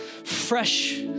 fresh